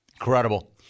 Incredible